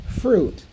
fruit